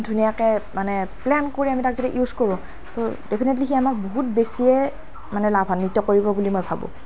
ধুনীয়াকৈ মানে প্লেন কৰি আমি তাক যদি ইউজ কৰোঁ তো ডেফিনেটলি সি আমাক বহুত বেছিয়ে মানে লাভান্বিত কৰিব বুলি মই ভাবোঁ